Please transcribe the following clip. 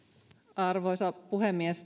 arvoisa puhemies